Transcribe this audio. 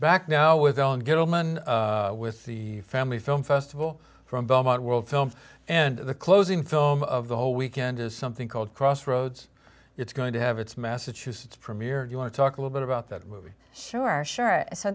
back now with all good omen with the family film festival from belmont world film and the closing film of the whole weekend is something called crossroads it's going to have its massachusetts premiere you want to talk a little bit about that movie sure sure so